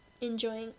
enjoying